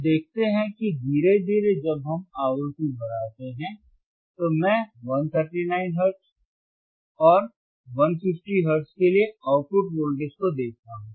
आप देखते हैं कि धीरे धीरे जब हम आवृत्ति बढ़ाते हैं तो मैं 139 हर्ट्ज और 150 हर्ट्ज के लिए आउटपुट वोल्टेज को देखता हूं